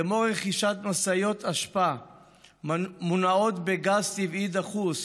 כמו רכישת משאיות אשפה שמונעות בגז טבעי דחוס,